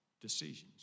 decisions